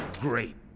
great